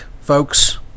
folks